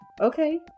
Okay